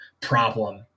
problem